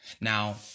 Now